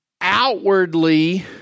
outwardly